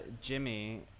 Jimmy